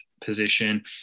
position